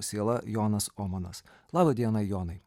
siela jonas omanas laba diena jonai